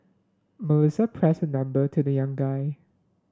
Melissa press her number to the young guy